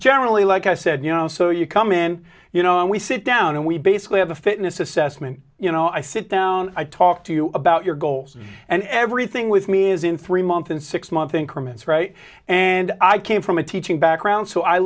generally like i said you know so you come in you know we sit down and we basically have a fitness assessment you know i sit down i talk to you about your goals and everything with me is in three months and six month increments and i came from a teaching background so i